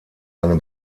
eine